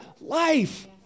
life